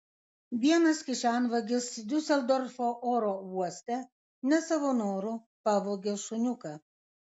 vienas kišenvagis diuseldorfo oro uoste ne savo noru pavogė šuniuką